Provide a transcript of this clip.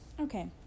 okay